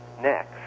Next